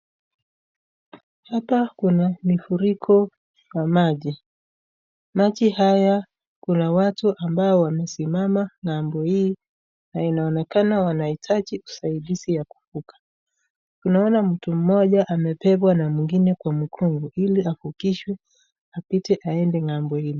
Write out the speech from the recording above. Hapa kuna mfuriko wa maji, maji haya kuna watu ambao wamesimama ng'ambo hii na inaonekana wanahitaji usaidizi wa kuvuka, tunaona mtu mmoja amebebwa na mwingine na mwingine kwa mgongo ili avukushwe aende ng'ambo ile ingine.